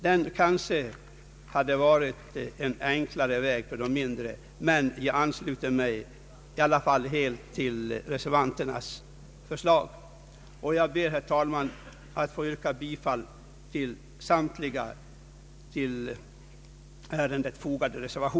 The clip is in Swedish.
Detta hade kanske varit en enklare väg att gå när det gäller innehavare av mindre fastigheter, men jag ansluter mig ändå helt till reservanternas förslag. Jag ber, herr talman, att få yrka bi